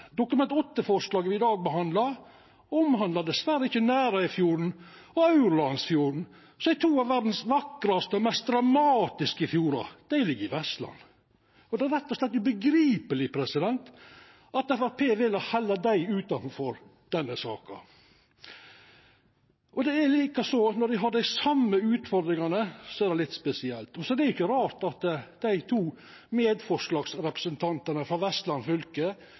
i dag behandlar, omhandlar dessverre ikkje Nærøyfjorden og Aurlandsfjorden, som er to av verdas vakraste og mest dramatiske fjordar. Dei ligg i Vestland. Det er rett og slett ubegripeleg at Framstegspartiet vel å halda dei utanfor denne saka. Når dei har dei same utfordringane, er det litt spesielt. Det er ikkje rart at dei to medforslagsstillarane frå Framstegspartiet i Vestland fylke